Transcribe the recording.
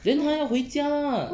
then 她要回家 ah